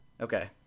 Okay